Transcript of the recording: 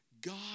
God